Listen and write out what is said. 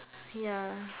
ya